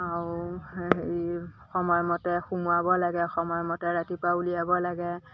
আৰু হেৰি সময়মতে সোমোৱাব লাগে সময়মতে ৰাতিপুৱা উলিয়াব লাগে